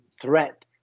threat